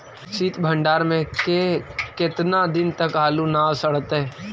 सित भंडार में के केतना दिन तक आलू न सड़तै?